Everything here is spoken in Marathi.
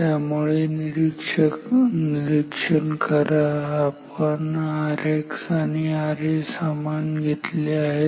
त्यामुळे निरीक्षण करा आपण Rx आणि RA समान घेतले आहेत